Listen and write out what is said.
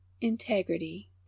INTEGRITY